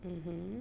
mmhmm